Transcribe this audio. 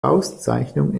auszeichnung